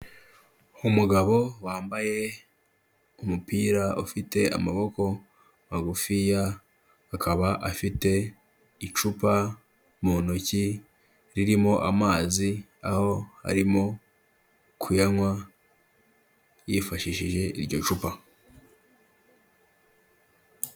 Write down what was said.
Umugabo wambaye umupira ufite amaboko magufiya, akaba afite icupa mu ntoki, ririmo amazi, aho arimo kuyanywa, yifashishije iryo cupa.